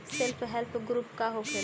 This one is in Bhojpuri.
सेल्फ हेल्प ग्रुप का होखेला?